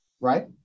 right